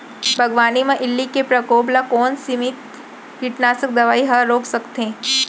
बागवानी म इल्ली के प्रकोप ल कोन सीमित कीटनाशक दवई ह रोक सकथे?